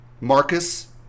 Marcus